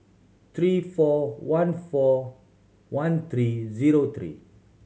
three four one four one three zero three